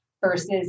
versus